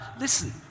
listen